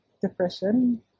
depression